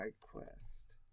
quest